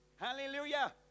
Hallelujah